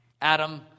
Adam